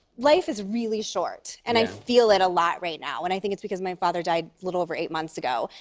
life is really short. and i feel it a lot right now, and i think it's because my father died a little over eight months ago,